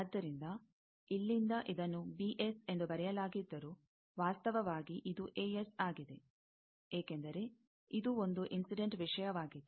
ಆದ್ದರಿಂದ ಇಲ್ಲಿಂದ ಇದನ್ನು ಎಂದು ಬರೆಯಲಾಗಿದ್ದರೂ ವಾಸ್ತವವಾಗಿ ಇದು ಆಗಿದೆ ಏಕೆಂದರೆ ಇದು ಒಂದು ಇನ್ಸಿಡೆಂಟ್ ವಿಷಯವಾಗಿದೆ